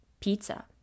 pizza